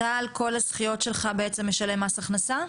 אתה על כל הזכיות שלך בעצם משלם מס הכנסה?